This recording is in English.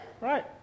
right